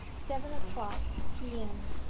seven o'clock p m.